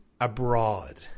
abroad